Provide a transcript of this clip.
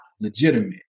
legitimate